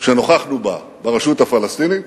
שנוכחנו בה ברשות הפלסטינית.